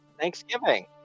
Thanksgiving